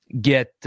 get –